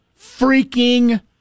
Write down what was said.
freaking